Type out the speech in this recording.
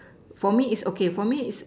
for me is okay for me is